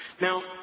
Now